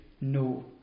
No